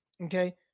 okay